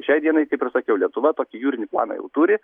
šiai dienai kaip ir sakiau lietuva tokį jūrinį planą jau turi